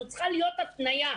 זו צריכה להיות התניה,